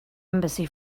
embassy